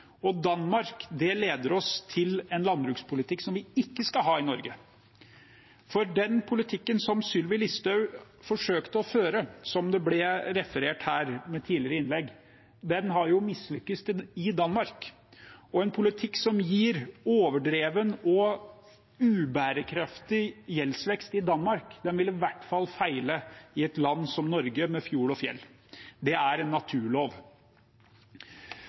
Og Danmark leder oss til en landbrukspolitikk som vi ikke skal ha i Norge. For den politikken som Sylvi Listhaug forsøkte å føre, som det ble referert til her i tidligere innlegg, har jo mislykkes i Danmark, og en politikk som gir overdreven og ikke bærekraftig gjeldsvekst i Danmark, vil i hvert fall feile i et land som Norge, med fjord og fjell. Det er en naturlov.